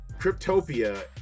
cryptopia